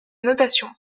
notation